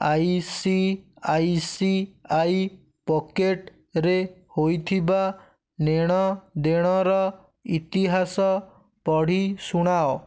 I C I C I pocket ରେ ହୋଇଥିବା ନେଣ ଦେଣର ଇତିହାସ ପଢ଼ି ଶୁଣାଅ